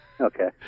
Okay